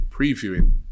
previewing